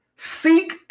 Seek